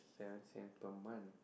seven cents per month